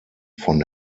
von